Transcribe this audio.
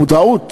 המודעות